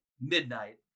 midnight